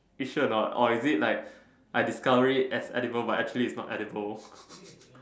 eh sure not or is it like I discover it as edible but actually is not edible